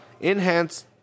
Enhance